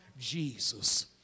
Jesus